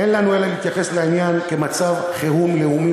אין לנו אלא להתייחס לעניין כאל מצב חירום לאומי,